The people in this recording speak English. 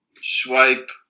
swipe